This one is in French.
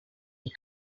des